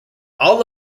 all